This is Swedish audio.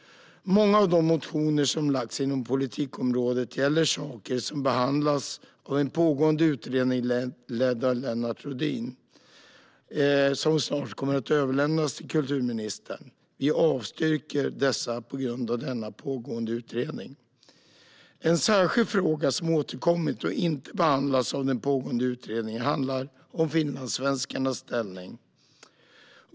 Många av de motioner som väckts inom politikområdet gäller saker som behandlas av en pågående utredning ledd av Lennart Rohdin som snart kommer att överlämnas till kulturministern. Vi avstyrker dessa på grund av denna pågående utredning. En särskild fråga som har återkommit och inte behandlas av den pågående utredningen handlar om finlandssvenskarnas ställning.